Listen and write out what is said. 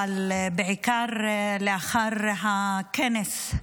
אלא בעיקר לאחר הכנס,